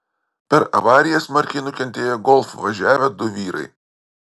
per avariją smarkiai nukentėjo golf važiavę du vyrai